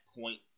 point